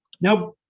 Now